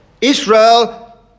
Israel